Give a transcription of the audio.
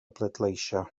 bleidleisio